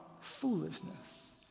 foolishness